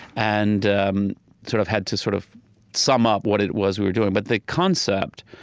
and um sort of had to sort of sum up what it was we were doing. but the concept,